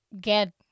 get